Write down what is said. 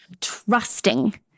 Trusting